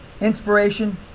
Inspiration